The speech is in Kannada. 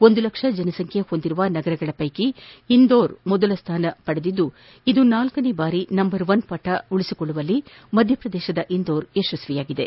ಒಂದು ಲಕ್ಷ ಜನಸಂಖ್ಯೆ ಹೊಂದಿರುವ ನಗರಗಳ ಪೈಕಿ ಇಂದೋರ್ಗೆ ಮೊದಲ ಸ್ಥಾನ ಲಭಿಸಿದ್ದು ಇದು ನಾಲ್ಕನೆ ಬಾರಿ ನಂಬರ್ ಒನ್ ಪಟ್ಟ ಉಳಿಸಿಕೊಳ್ಳುವಲ್ಲಿ ಮಧ್ವಪ್ರದೇತದ ಇಂದೋರ್ ಯಶಸ್ವಿಯಾಗಿದೆ